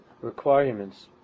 requirements